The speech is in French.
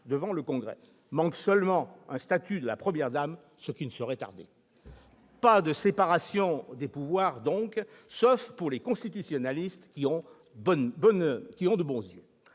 devant le Congrès. Manque seulement un statut de la « Première dame », ce qui ne saurait tarder. Pas de séparation des pouvoirs donc, sauf pour les constitutionnalistes ayant de bons yeux.